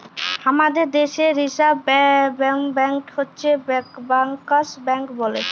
হামাদের দ্যাশে reserve bank হচ্ছ ব্যাংকার্স ব্যাঙ্ক বলে